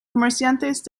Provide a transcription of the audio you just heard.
comerciantes